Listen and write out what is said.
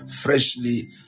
freshly